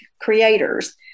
creators